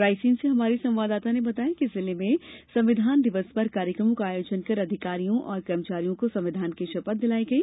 रायसेन से हमारे संवादंदाता ने बताया है कि जिले में संविधान दिवस पर कार्यक्रमों का आयोजन कर अधिकारियों और कर्मचारियों को संविधान की शपथ दिलाई गई